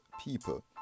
people